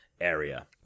area